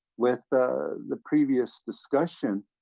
with the previous discussion,